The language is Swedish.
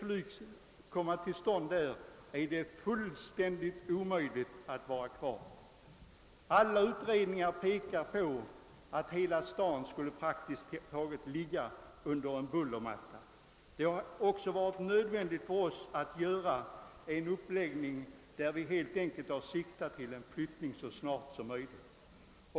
Och med jetflygplan blir det ännu omöjligare att ha kvar flygplatsen där. Alla utredningar pekar på att praktiskt taget hela staden då skulle ligga under en bullermatta. Det har därför varit nödvändigt för oss att göra en uppläggning där vi har siktat till en flyttning så snart som möjligt.